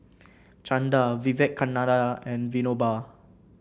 Chanda Vivekananda and Vinoba